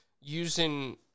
using